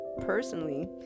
personally